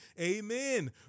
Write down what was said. Amen